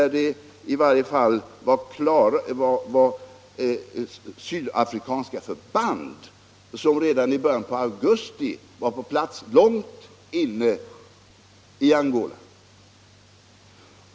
Redan i augusti fanns sydafrikanska förband på plats långt inne i Angola.